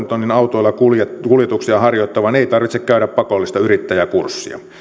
tonnin autoilla kuljetuksia kuljetuksia harjoittavan ei tarvitse käydä pakollista yrittäjäkurssia